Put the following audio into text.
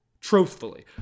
Truthfully